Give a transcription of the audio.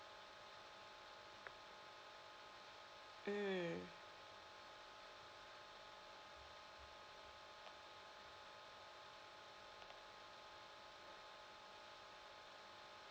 mm